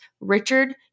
Richard